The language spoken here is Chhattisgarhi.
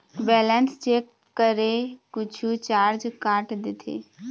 बैलेंस चेक करें कुछू चार्ज काट देथे?